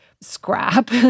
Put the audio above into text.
scrap